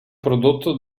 prodotto